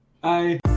Bye